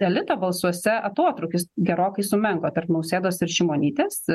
elito balsuose atotrūkis gerokai sumenko tarp nausėdos ir šimonytės